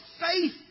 faith